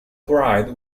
pride